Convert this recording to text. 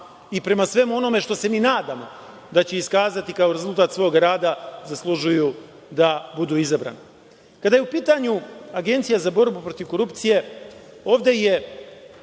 i prema svemu onome što se mi nadamo da će iskazati kao rezultat svog rada, zaslužuju da budu izabrani. Kada je u pitanju Agencija za borbu protiv korupcije, ovde je